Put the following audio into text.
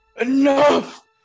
Enough